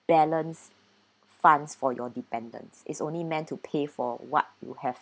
balance funds for your dependents it's only meant to pay for what you have